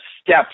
steps